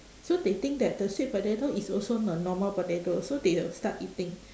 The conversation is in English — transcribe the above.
so they think that the sweet potato is also the normal potato so they will start eating